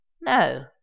No